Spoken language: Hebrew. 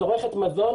וצורכת מזון